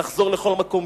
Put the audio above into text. נחזור לכל מקום,